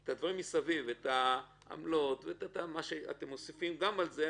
את העמלות ואת מה שאתם מוסיפים גם על זה,